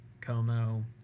Como